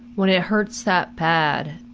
when it hurts that bad,